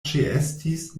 ĉeestis